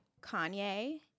Kanye